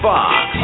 Fox